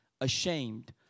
ashamed